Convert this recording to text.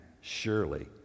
surely